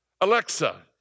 Alexa